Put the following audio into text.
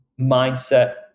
mindset